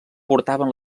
portaven